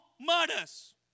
murders